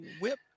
Whip